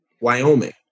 wyoming